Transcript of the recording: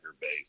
base